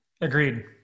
agreed